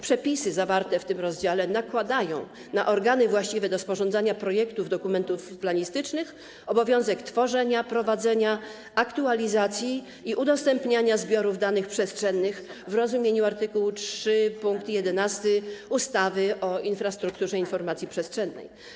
Przepisy zawarte w tym rozdziale nakładają na organy właściwe do sporządzania projektów dokumentów planistycznych obowiązek tworzenia, prowadzenia, aktualizacji i udostępniania zbiorów danych przestrzennych w rozumieniu art. 3 pkt 11 ustawy o infrastrukturze informacji przestrzennej.